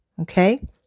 okay